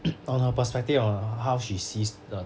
on her perspective on how she sees the